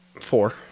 Four